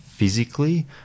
physically